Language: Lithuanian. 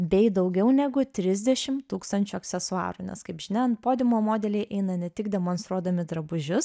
bei daugiau negu trisdešim tūkstančių aksesuarų nes kaip žinia ant podiumo modeliai eina ne tik demonstruodami drabužius